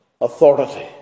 authority